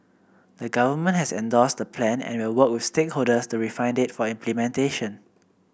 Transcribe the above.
the Government has endorsed the Plan and will work with stakeholders to refine it for implementation